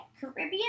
Caribbean